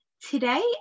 Today